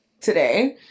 today